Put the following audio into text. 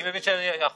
ואם אני מבין נכון,